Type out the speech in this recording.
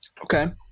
Okay